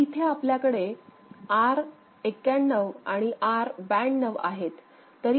तर इथे आपल्याकडे R91 आणि R92 आहेत